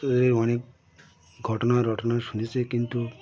অনেক ঘটনা রটনা শুনেছে কিন্তু